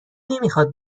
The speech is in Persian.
نمیخاد